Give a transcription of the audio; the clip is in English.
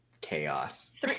chaos